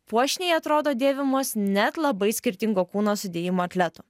puošniai atrodo dėvimos net labai skirtingo kūno sudėjimo atletų